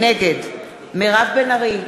נגד מירב בן ארי,